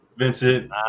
Vincent